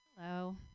Hello